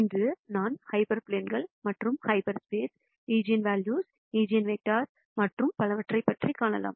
இன்று நான் ஹைப்பர் பிளேன்கள் மற்றும் ஹாப்ஸ்பேஸ் ஈஜென்வெல்யூஸ் ஈஜென்வெக்டர்கள் மற்றும் பலவற்றைப் பற்றி பார்க்கலாம்